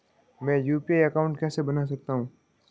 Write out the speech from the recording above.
मैं UPI account कैसे बना सकता हूं?